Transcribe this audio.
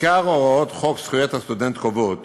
עיקר הוראות חוק זכויות הסטודנט קובעות